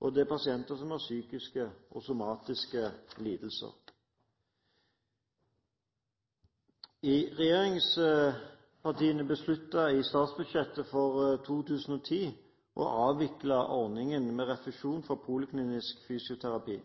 og det er pasienter som har psykiske eller somatiske lidelser. Regjeringspartiene besluttet i forbindelse med statsbudsjettet for 2010 å avvikle ordningen med refusjon for poliklinisk fysioterapi.